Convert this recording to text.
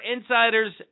insiders